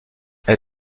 elle